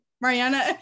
Mariana